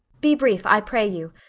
be brief, i pray you.